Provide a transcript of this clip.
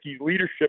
leadership